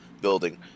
building